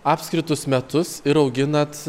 apskritus metus ir auginat